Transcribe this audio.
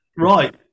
Right